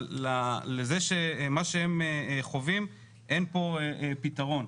אבל לזה שמה שהם חווים, אין פה פתרון.